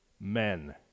men